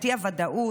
את האי-ודאות,